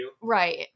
Right